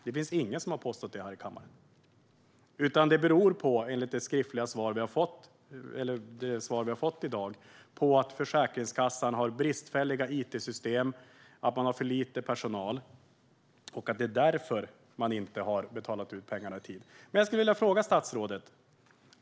Det finns ingen som har påstått det här i kammaren, utan enligt det svar vi har fått i dag beror det på att Försäkringskassan har bristfälliga it-system och för lite personal att man inte har betalat ut pengarna i tid. Jag skulle vilja ställa en fråga till statsrådet.